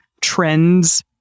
trends